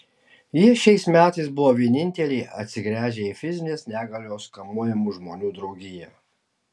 jie šiais metais buvo vieninteliai atsigręžę į fizinės negalios kamuojamų žmonių draugiją